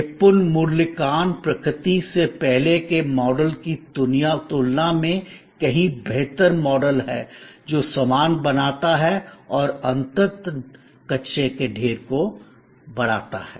या पुनर्मूल्यांकन प्रकृति से पहले के मॉडल की तुलना में कहीं बेहतर मॉडल है जो सामान बनाता है और अंततः कचरे के ढेर को बढ़ाता है